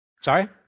Sorry